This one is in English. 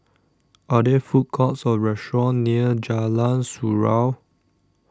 Are There Food Courts Or restaurants near Jalan Surau